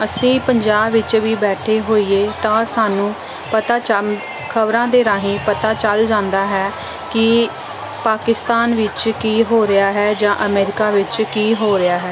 ਅਸੀਂ ਪੰਜਾਬ ਵਿੱਚ ਵੀ ਬੈਠੇ ਹੋਈਏ ਤਾਂ ਸਾਨੂੰ ਪਤਾ ਚੱ ਖਬਰਾਂ ਦੇ ਰਾਹੀਂ ਪਤਾ ਚੱਲ ਜਾਂਦਾ ਹੈ ਕਿ ਪਾਕਿਸਤਾਨ ਵਿੱਚ ਕੀ ਹੋ ਰਿਹਾ ਹੈ ਜਾਂ ਅਮੈਰੀਕਾ ਵਿੱਚ ਕੀ ਹੋ ਰਿਹਾ ਹੈ